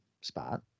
spot